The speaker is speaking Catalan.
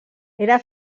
era